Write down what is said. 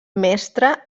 mestre